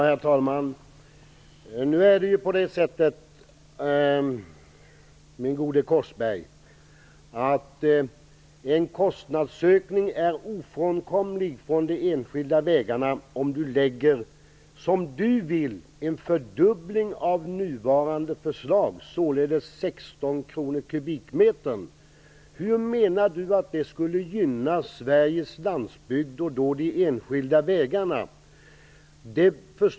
Herr talman! Nu är det så, min gode Korsberg, att en kostnadsökning är ofrånkomlig för de enskilda vägarna om man inför, som ni vill, en skatt som innebär en fördubbling jämfört med nuvarande, således 16 kr per kubikmeter. Hur skulle det gynna Sveriges landsbygd och de enskilda vägarna?